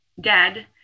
dead